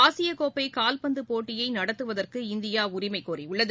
ஆசிய கோப்பை கால்பந்து போட்டியை நடத்துவதற்கு இந்தியா உரிமை கோரியுள்ளது